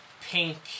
Pink